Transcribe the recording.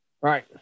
Right